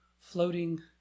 floating